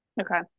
Okay